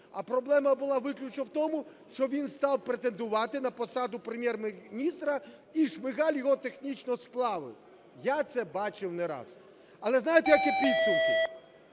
а проблема була виключно в тому, що він став претендувати на посаду Прем'єр-міністра і Шмигаль його технічно сплавив? Я це бачив не раз, але, знаєте, які підсумки?